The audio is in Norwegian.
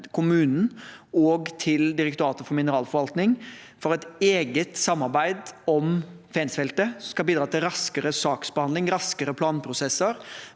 kommunen og til Direktoratet for mineralforvaltning for et eget samarbeid om Fensfeltet, noe som skal bidra til raskere saksbehandling, raskere planprosesser,